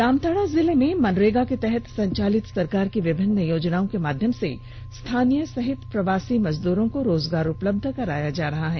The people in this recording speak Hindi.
जामताड़ा जिले में मनरेगा के तहत संचालित सरकार की विभिन्न योजनाओं के माध्यम से स्थानीय सहित प्रवासी मजदूरों को रोजगार उपलब्ध कराया जा रहा है